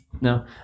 No